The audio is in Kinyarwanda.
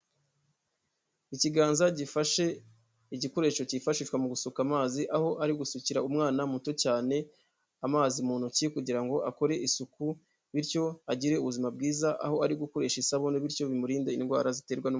Ikiganza gifashe igikoresho cyifashishwa mu gusuka amazi aho ari gusukira umwana muto cyane amazi mu ntoki kugira ngo akore isuku bityo agire ubuzima bwiza aho ari gukoresha isabune bityo bimurinde indwara ziterwa n'iumwanda.